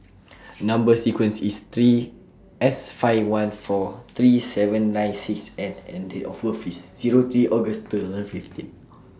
Number sequence IS three S five one four three seven nine six N and Date of birth IS Zero three August Third fifteen